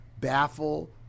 Baffle